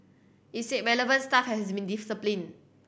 it said relevant staff has been disciplined